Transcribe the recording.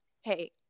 hey